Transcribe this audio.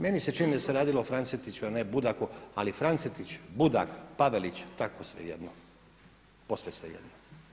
Meni se čini da se radilo o Francetiću, a ne Budaku, ali Francetić, Budak, Pavelić tako svejedno, posve svejedno.